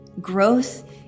growth